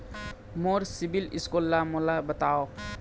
मोर CIBIL score ला मोला बताव?